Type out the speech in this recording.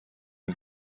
این